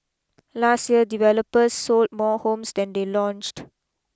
last year developers sold more homes than they launched